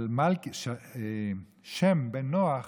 אבל שם בן נוח